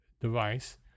device